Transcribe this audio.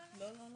לא.